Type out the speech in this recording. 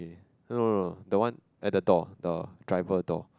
no no no that one at the door the driver door